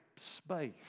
space